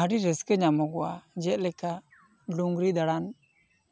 ᱟᱹᱰᱤ ᱨᱟᱹᱥᱠᱟᱹ ᱧᱟᱢᱚᱜᱼᱟ ᱡᱮᱞᱮᱠᱟ ᱰᱩᱝᱨᱤ ᱫᱟᱬᱟᱱ